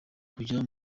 kujya